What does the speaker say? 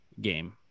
game